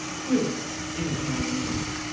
quilp is my name.